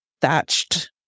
thatched